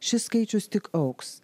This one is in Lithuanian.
šis skaičius tik augs